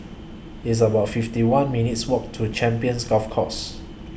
It's about fifty one minutes' Walk to Champions Golf Course